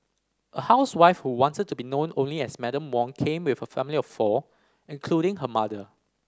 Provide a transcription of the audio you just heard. a housewife who wanted to be known only as Madam Wong came with her family of four including her mother